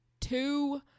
two